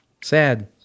Sad